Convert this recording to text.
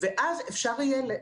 אין להם